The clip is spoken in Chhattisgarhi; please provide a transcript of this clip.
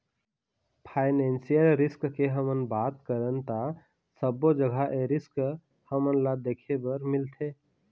फायनेसियल रिस्क के हमन बात करन ता सब्बो जघा ए रिस्क हमन ल देखे बर मिलथे